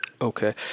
Okay